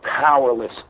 powerless